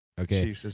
Okay